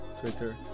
Twitter